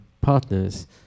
partners